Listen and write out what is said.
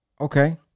okay